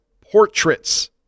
portraits